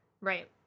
Right